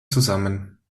zusammen